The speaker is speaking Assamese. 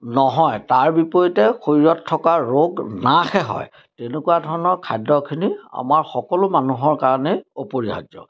নহয় তাৰ বিপৰীতে শৰীৰত থকা ৰোগ নাশহে হয় তেনেকুৱা ধৰণৰ খাদ্যখিনি আমাৰ সকলো মানুহৰ কাৰণেই অপৰিহাৰ্য্য